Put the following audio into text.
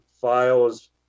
files